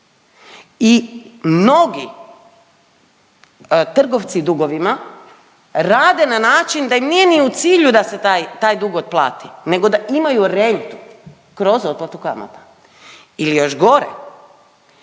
i mnogi trgovci dugovima rade na način da im nije ni u cilju da se taj, taj dug otplati nego da imaju rentu kroz otplatu kamata. Ili još gore,